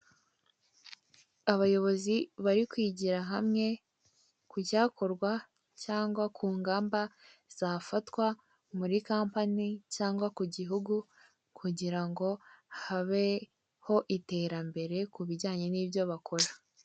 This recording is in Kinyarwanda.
Abayobozi bari kwigira hamwe ku cyakorwa cyangwa ku ngamba zafatwa muri kampani cyangwa ku gihugu kugira ngo habeho iterambere ku bijyanye nibyo bakora.